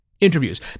interviews